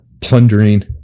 plundering